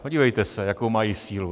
Podívejte se, jakou mají sílu!